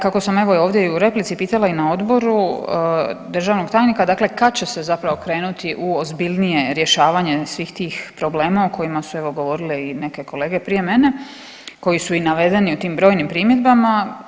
Kako sam evo ovdje i u replici pitala i na odboru državnog tajnika, dakle kad će se zapravo krenuti u ozbiljnije rješavanje svih tih problema o kojima su evo govorile i neke kolege prije mene, koji su navedeni u tim brojnim primjedbama.